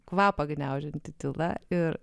kvapą gniaužianti tyla ir